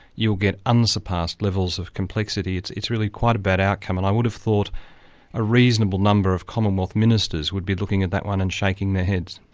you'll get unsurpassed levels of complexity. it's it's really quite a bad outcome and i would have thought a reasonable number of commonwealth ministers would be looking at that one and shaking their heads.